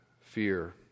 fear